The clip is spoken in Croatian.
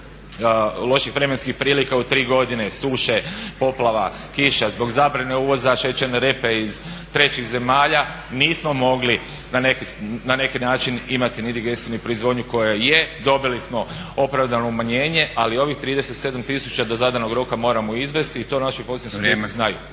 loših vremenskih prilika u tri godine suše, poplava, kiša, zbog zabrane uvoza šećerne repe iz trećih zemalja nismo mogli na neki način imati ni digestiju ni proizvodnju koja je. Dobili smo opravdano umanjenje, ali ovih 37 000 do zadanog roka moramo izvesti i to naši poslovni subjekti znaju.